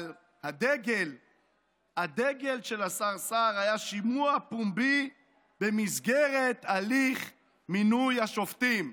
אבל הדגל של השר סער היה שימוע פומבי במסגרת הליך מינוי השופטים.